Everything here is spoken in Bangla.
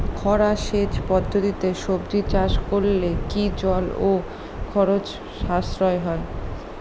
খরা সেচ পদ্ধতিতে সবজি চাষ করলে কি জল ও খরচ সাশ্রয় হয়?